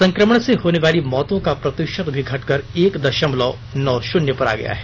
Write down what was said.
संक्रमण से होने वाली मौतों का प्रतिशत भी घटकर एक दशमलव नौ शून्य पर आ गया है